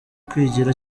kwigira